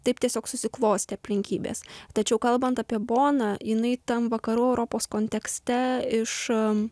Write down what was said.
taip tiesiog susiklostė aplinkybės tačiau kalbant apie boną jinai tam vakarų europos kontekste iš